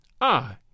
Ah